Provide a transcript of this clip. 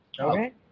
Okay